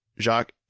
Jacques